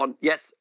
yes